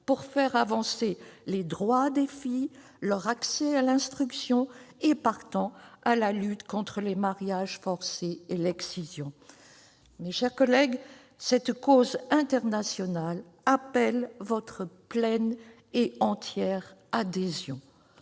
pour faire avancer les droits des filles, leur accès à l'instruction et partant, la lutte contre les mariages forcés et l'excision. Mes chers collègues, cette cause internationale appelle votre pleine et entière adhésion.